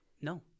No